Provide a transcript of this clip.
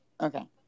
Okay